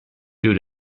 due